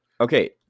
Okay